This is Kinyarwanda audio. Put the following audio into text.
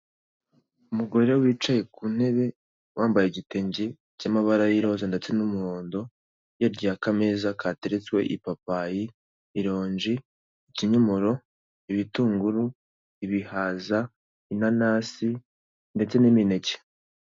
Umugore wicaye ku ntebe wambaye igitenge cy'amabara y'iroza ndetse n'umuhondo, yegereye akameza kateretsweho ipapayi, ironji, ikinyomoro, ibitunguru, ibihaza, inanasi, ndetse n'imineke.